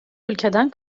ülkeden